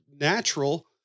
natural